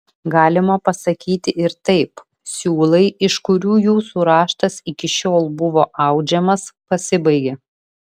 galima pasakyti ir taip siūlai iš kurių jūsų raštas iki šiol buvo audžiamas pasibaigė